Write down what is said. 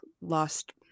lost